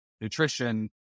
nutrition